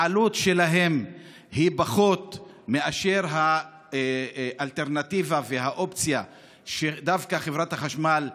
העלות שלהן היא פחות מאשר האלטרנטיבה והאופציה שדווקא חברת החשמל בחרה.